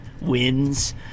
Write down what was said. wins